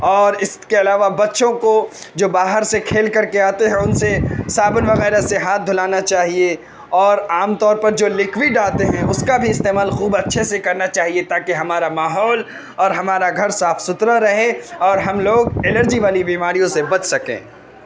اور اس کے علاوہ بچوں کو جو باہر سے کھیل کر کے آتے ہیں ان سے صابن وغیرہ سے ہاتھ دھلانا چاہیے اور عام طور پر جو لکوڈ آتے ہیں اس کا بھی استعمال خوب اچھے سے کرنا چاہیے تاکہ ہمارا ماحول اور ہمارا گھر صاف ستھرا رہے اور ہم لوگ ایلرجی والی بیماریوں سے بچ سکیں